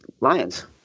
Lions